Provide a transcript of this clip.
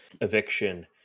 eviction